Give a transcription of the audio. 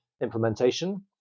implementation